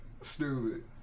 Stupid